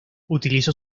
utilizó